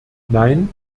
nein